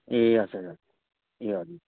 ए हजुर हजुर